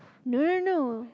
no no no